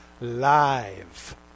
live